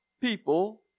people